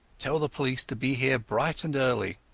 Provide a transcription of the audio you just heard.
tell the police to be here bright and early